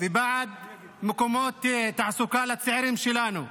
ובעד מקומות תעסוקה לצעירים שלנו,